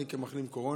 אני, כמחלים קורונה,